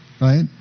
right